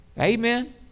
Amen